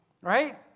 right